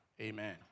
Amen